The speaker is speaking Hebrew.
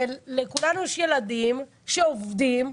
ולכולנו יש ילדים שעובדים,